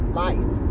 life